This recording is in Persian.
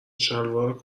شلوار